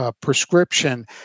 prescription